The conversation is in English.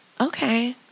okay